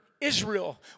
Israel